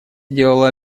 сделала